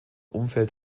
umfeld